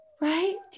right